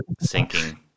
sinking